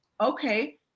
okay